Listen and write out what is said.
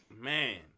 Man